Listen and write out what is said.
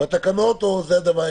לגבי התקנות, או שזה הדבר היחיד?